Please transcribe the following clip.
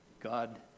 God